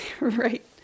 right